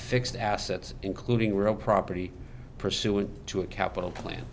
fixed assets including real property pursuant to a capital plan